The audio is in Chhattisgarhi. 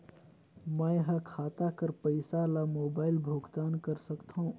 मैं ह खाता कर पईसा ला मोबाइल भुगतान कर सकथव?